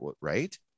right